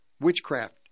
witchcraft